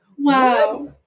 Wow